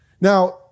Now